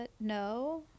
No